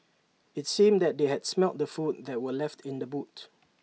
IT seemed that they had smelt the food that were left in the boot